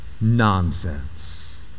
nonsense